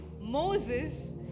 Moses